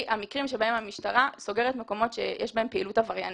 המקרים בהם המשטרה סוגרת מקומות שיש בהם פעילות עבריינית.